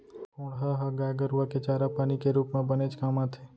कोंढ़ा ह गाय गरूआ के चारा पानी के रूप म बनेच काम आथे